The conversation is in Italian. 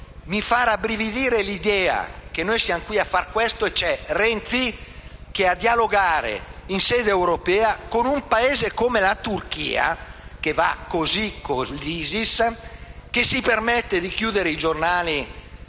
Mi fa rabbrividire l'idea che noi siamo qui a far questo, mentre Renzi sarà a dialogare in sede europea con un Paese come la Turchia che va con l'ISIS, che si permette di chiudere i giornali